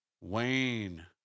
Wayne